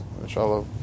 Inshallah